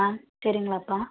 ஆ சரிங்களாப்பா